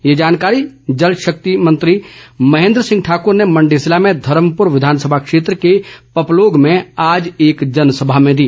ये जानकारी जलशक्ति मंत्री महेन्द्र सिंह ठाकुर ने मण्डी जिले भें धर्मपुर विधानसभा क्षेत्र के पपलोग में आज एक जनसभा में दी